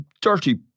dirty